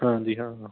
ਹਾਂਜੀ ਹਾਂ ਹਾਂ